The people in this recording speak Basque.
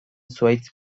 zuhaitz